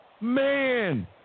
Man